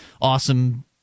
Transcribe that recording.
awesome